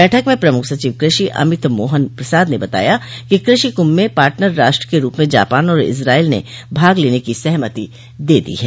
बैठक में प्रमुख सचिव कृषि अमित मोहन प्रसाद ने बताया कि कृषि कुंभ में पार्टनर राष्ट्र के रूप में जापान और इजराइल ने भाग लेने की सहमति दे दी है